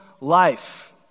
life